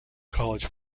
college